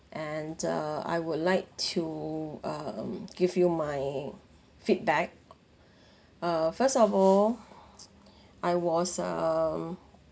and uh I would like to um give you my feedback uh first of all I was um